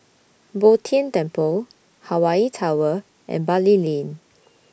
Bo Tien Temple Hawaii Tower and Bali Lane